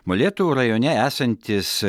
molėtų rajone esantis